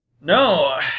No